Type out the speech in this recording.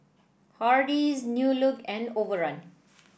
Hardy's New Look and Overrun